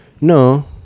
No